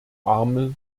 arme